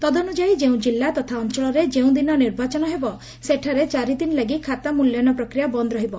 ତଦନୁଯାୟୀ ଯେଉଁ ଜିଲ୍ଲା ତଥା ଅଞ୍ଞଳରେ ଯେଉଁଦିନ ନିର୍ବାଚନ ହେବ ସେଠାରେ ଚାରି ଦିନ ଲାଗି ଖାତା ମୂଲ୍ୟାୟନ ପ୍ରକ୍ରିୟା ବନ୍ଦ ରହିବ